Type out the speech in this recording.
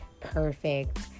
perfect